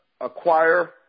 acquire